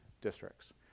districts